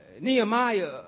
Nehemiah